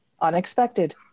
Unexpected